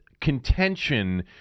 contention